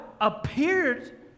appeared